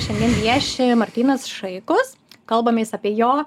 šiandien vieši martynas šaikus kalbamės apie jo